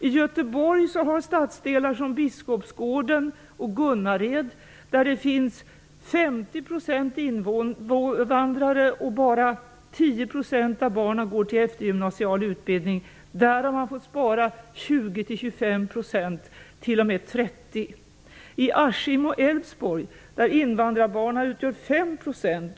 I Göteborg har stadsdelar som Biskopsgården och Gunnared, där det finns 50 % invandrare och bara 10 % av barnen går vidare till eftergymnasial utbildning, fått spara 20--25 %, t.o.m. 30 %.